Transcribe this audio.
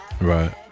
right